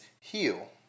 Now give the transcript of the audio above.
heal